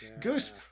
goose